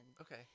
Okay